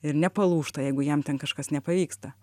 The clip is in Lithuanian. ir nepalūžta jeigu jam ten kažkas nepavyksta